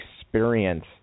experience